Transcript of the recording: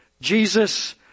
Jesus